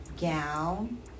gown